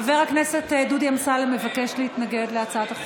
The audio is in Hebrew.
חבר הכנסת דודי אמסלם מבקש להתנגד להצעת החוק.